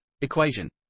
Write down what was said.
equation